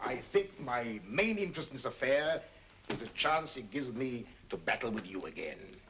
i think my main interest is a fair chance it gives me the battle with you again